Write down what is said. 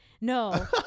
No